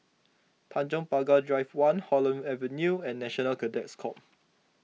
Tanjong Pagar Drive one Holland Avenue and National Cadet Corps